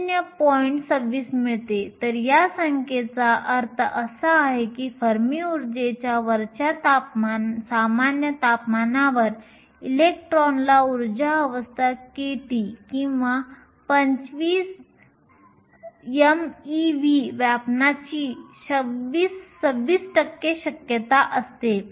26 मिळते तर या संख्येचा अर्थ असा आहे की फर्मी उर्जेच्या वरच्या सामान्य तापमानावर इलेक्ट्रॉनला ऊर्जा अवस्था kT किंवा 25 mev व्यापण्याची 26 टक्के शक्यता असते